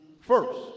First